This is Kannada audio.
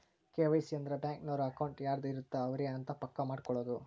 ಕೆ.ವೈ.ಸಿ ಅಂದ್ರ ಬ್ಯಾಂಕ್ ನವರು ಅಕೌಂಟ್ ಯಾರದ್ ಇರತ್ತ ಅವರೆ ಅಂತ ಪಕ್ಕ ಮಾಡ್ಕೊಳೋದು